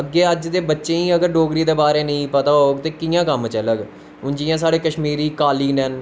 अग्गै अज दे बच्चें गी अगर डोगरी दे बारे च पता नी होग ते कियां कम्म चलग हून जियां साढ़े कश्मूरी कालीन न